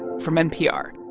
from npr